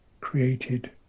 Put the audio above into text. created